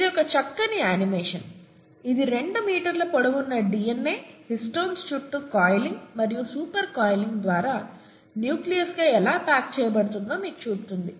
ఇది ఒక చక్కని యానిమేషన్ ఇది 2 మీటర్ల పొడవున్న డిఎన్ఏ హిస్టోన్స్ చుట్టూ కాయిలింగ్ మరియు సూపర్ కాయిలింగ్ ద్వారా న్యూక్లియస్గా ఎలా ప్యాక్ చేయబడుతుందో మీకు చూపుతుంది